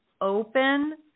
open